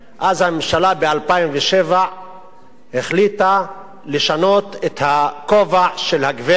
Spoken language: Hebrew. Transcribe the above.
אז הממשלה ב-2007 החליטה לשנות את הכובע של הגברת,